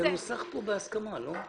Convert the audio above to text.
זה נוסח כאן בהסכמה, לא?